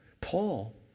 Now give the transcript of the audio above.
Paul